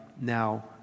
now